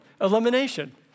elimination